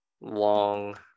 Long